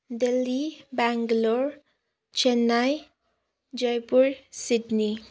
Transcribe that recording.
Delhi Bangalore Chennai Jaipur Sydney